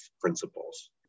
principles